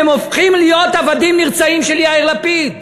הם הופכים להיות עבדים נרצעים של יאיר לפיד.